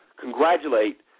congratulate